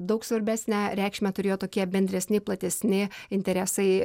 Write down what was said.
daug svarbesnę reikšmę turėjo tokie bendresni platesni interesai